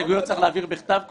הסתייגויות צריך להעביר בכתב קודם?